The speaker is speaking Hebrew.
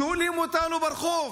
ושואלים אותנו ברחוב: